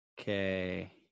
okay